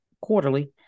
quarterly